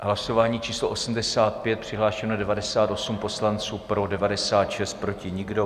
Hlasování číslo 85, přihlášeno je 98 poslanců, pro 96, proti nikdo.